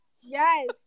yes